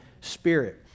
Spirit